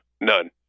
None